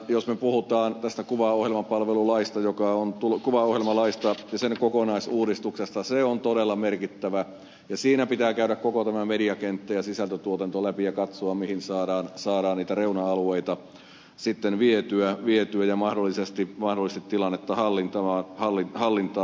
jos me puhumme tästä kuvaohjelmapalvelulaista ja sen kokonaisuudistuksesta se on todella merkittävä ja siinä pitää käydä koko tämä mediakenttä ja sisältötuotanto läpi ja katsoa mihin saadaan niitä reuna alueita sitten vietyä ja mahdollisesti tilannetta hallintaan